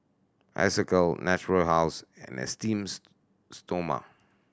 Isocal Natura House and Esteem Stoma